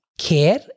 care